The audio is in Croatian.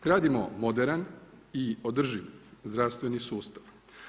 Gradimo moderan i održiv zdravstveni sustav.